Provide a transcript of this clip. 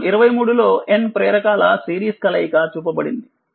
చిత్రం 23 లో Nప్రేరకాల సిరీస్ కలయిక చూపబడినది